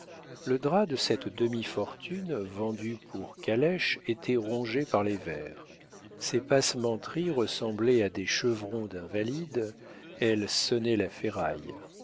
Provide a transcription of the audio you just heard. le drap de cette demi fortune vendue pour calèche était rongé par les vers ses passementeries ressemblaient à des chevrons d'invalide elle sonnait la ferraille